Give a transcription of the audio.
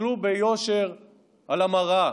תסתכלו ביושר במראה,